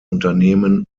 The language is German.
unternehmen